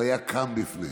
הוא היה קם בפניהם.